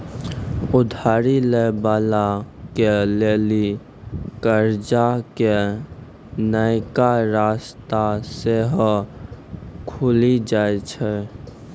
उधारी लै बाला के लेली कर्जा के नयका रस्ता सेहो खुलि जाय छै